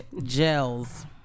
gels